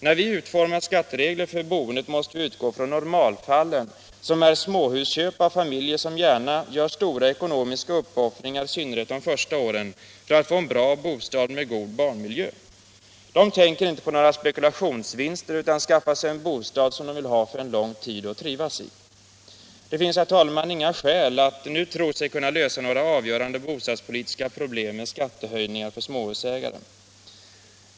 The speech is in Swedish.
När vi utformar skatteregler för boendet måste vi utgå från normalfallen, som är småhusköp av familjer som gärna gör stora ekonomiska uppoffringar, i synnerhet de första åren, för att få en bra bostad med god barnmiljö. De tänker inte på några spekulationsvinster utan skaffar sig en bostad som de vill ha för en lång tid och kan trivas i. Det finns, herr talman, inga skäl att nu tro sig kunna lösa några avgörande bostadspolitiska problem genom skatthöjningar för småhusägare.